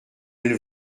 elles